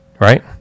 right